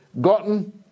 gotten